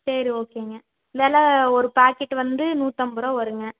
சரி ஓகேங்க வில ஒரு பேக்கெட் வந்து நூற்றிம்பருவா வரும்ங்க